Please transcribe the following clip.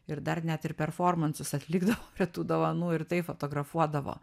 ir dar net ir performansus atlikdavo prie tų dovanų ir tai fotografuodavo